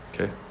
Okay